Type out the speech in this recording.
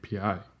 API